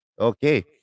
Okay